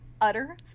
utter